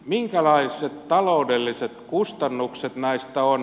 minkälaiset taloudelliset kustannukset näistä on